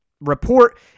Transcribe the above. report